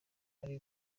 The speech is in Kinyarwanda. ari